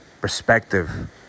perspective